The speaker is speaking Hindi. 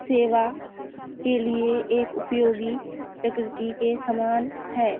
सेवा के लिए एक उपयोगी प्रकृति के समान है